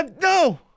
No